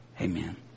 Amen